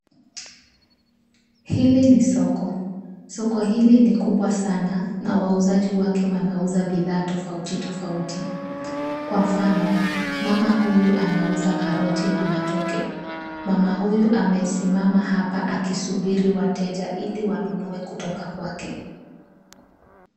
Hili ni soko. Soko hili ni kubwa sana na wauzaji wake wanauza bidhaa tofauti tofauti. Kwa mfano, mama huyu anauza karoti na matoke. Mama huyu amesimama hapa akisubiri wateja ili wanunue kutoka kwake.